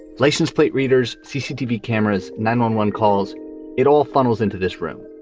license plate readers, cctv cameras, nine one one calls it all funnels into this room.